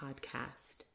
podcast